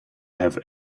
have